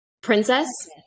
Princess